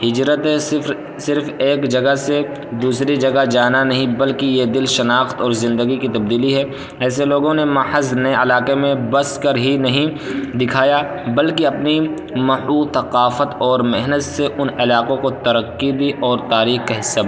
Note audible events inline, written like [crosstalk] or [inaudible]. ہجرت صرف صرف ایک جگہ سے دوسری جگہ جانا نہیں بلکہ یہ دل شناخت اور زندگی کی تبدیلی ہے ایسے لوگوں نے محض نے علاقے میں بس کر ہی نہیں دکھایا بلکہ اپنی [unintelligible] ثقافت اور محنت سے ان علاقوں کو ترقی بھی اور تاریخ کا حصہ